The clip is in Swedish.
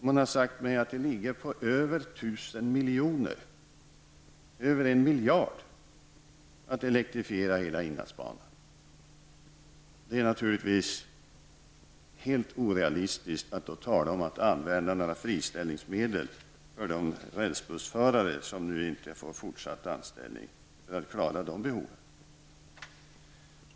Man har sagt mig att det rör sig om över 1 000 miljoner, över 1 miljard, att elektrifiera inlandsbanan. Det är naturligtvis helt orealistiskt att då tala om att använda några friställningsmedel för de rälsbussförare som nu inte får fortsatt anställning för att klara dessa behov.